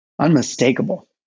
Unmistakable